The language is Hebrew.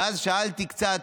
ואז שאלתי קצת,